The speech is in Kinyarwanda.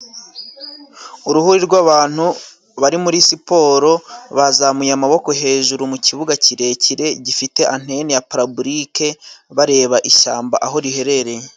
Uruhuri rw'abantu bari muri siporo, bazamuye amaboko hejuru mukibuga kirekire, gifite antene ya paraburike, bareba ishyamba aho riherereye.